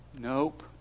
Nope